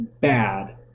bad